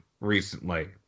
recently